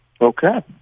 Okay